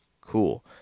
Cool